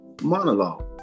monologue